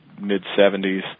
mid-70s